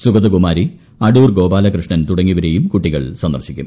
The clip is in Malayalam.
സുഗതകുമാരി അടൂർ ഗോപാലകൃഷ്ണൻ തുടങ്ങിയവരേയും കുട്ടികൾ സന്ദർശിക്കും